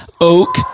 Oak